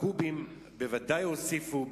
בקובים בוודאי הוסיפו.